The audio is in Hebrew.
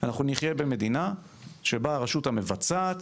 אנחנו נחיה במדינה שבה הרשות המבצעת